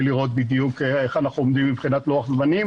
לראות בדיוק איך אנחנו עומדים מבחינת לוח זמנים.